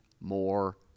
more